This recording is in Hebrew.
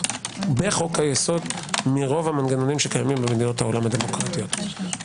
בחוק היסוד מרוב המנגנונים שקיימים במדינות העולם הדמוקרטיות.